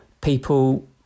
people